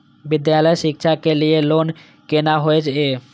विद्यालय शिक्षा के लिय लोन केना होय ये?